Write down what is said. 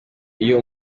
iyo